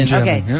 okay